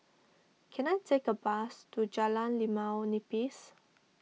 can I take a bus to Jalan Limau Nipis